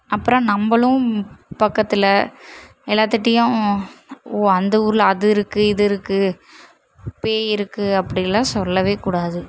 அப்புறோம் நம்பளும் பக்கத்தில் எல்லார்த்திட்டியும் ஓ அந்த ஊரில் அது இருக்கு இது இருக்கு பேய் இருக்கு அப்படின்லாம் சொல்லவே கூடாது